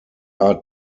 are